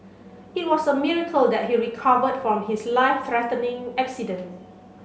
it was a miracle that he recovered from his life threatening accident